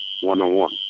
one-on-one